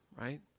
right